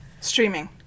streaming